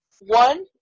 One